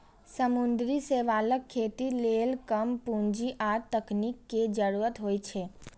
समुद्री शैवालक खेती लेल कम पूंजी आ तकनीक के जरूरत होइ छै